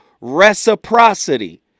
reciprocity